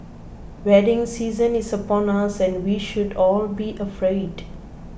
wedding season is upon us and we should all be afraid